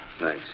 thanks